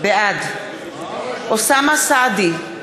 בעד אוסאמה סעדי,